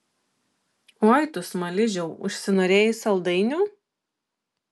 oi tu smaližiau užsinorėjai saldainių